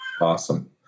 Awesome